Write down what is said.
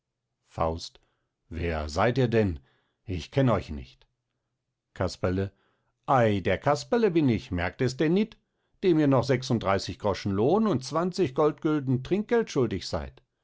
faust wer seid ihr denn ich kenn euch nicht casperle ei der casperle bin ich merkt ihrs denn nit dem ihr noch sechsunddreißig groschen lohn und zwanzig goldgülden trinkgeld schuldig seid